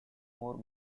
more